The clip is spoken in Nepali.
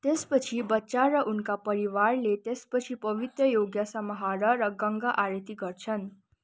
त्यसपछि बच्चा र उनका परिवारले त्यसपछि पवित्र यज्ञ समहार र गङ्गा आरती गर्छन्